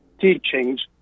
teachings